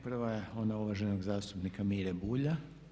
Prva je ona uvaženog zastupnika Mire Bulja.